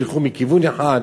שילכו מכיוון אחד,